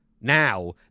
Now